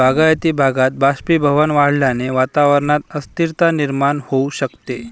बागायती भागात बाष्पीभवन वाढल्याने वातावरणात अस्थिरता निर्माण होऊ शकते